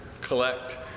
collect